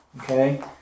okay